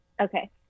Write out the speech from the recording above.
Okay